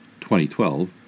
2012